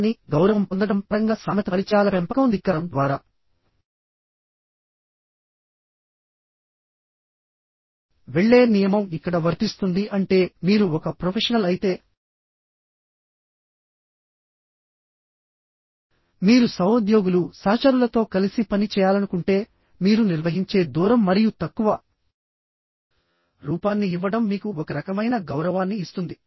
కానీ గౌరవం పొందడం పరంగా సామెత పరిచయాల పెంపకం ధిక్కారం ద్వారా వెళ్ళే నియమం ఇక్కడ వర్తిస్తుంది అంటే మీరు ఒక ప్రొఫెషనల్ అయితే మీరు సహోద్యోగులు సహచరులతో కలిసి పని చేయాలనుకుంటే మీరు నిర్వహించే దూరం మరియు తక్కువ రూపాన్ని ఇవ్వడం మీకు ఒక రకమైన గౌరవాన్ని ఇస్తుంది